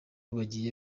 bagiye